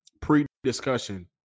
pre-discussion